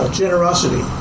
generosity